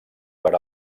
per